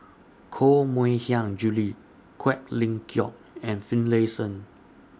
Koh Mui Hiang Julie Quek Ling Kiong and Finlayson